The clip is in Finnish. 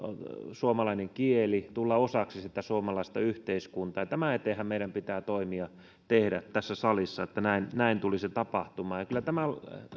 suomalainen kieli tullaan osaksi suomalaista yhteiskuntaa tämän eteenhän meidän pitää toimia tehdä tässä salissa että näin näin tulisi tapahtumaan kyllä tämä